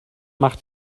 mach